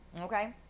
Okay